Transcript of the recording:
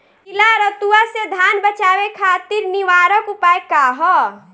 पीला रतुआ से धान बचावे खातिर निवारक उपाय का ह?